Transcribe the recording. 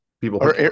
people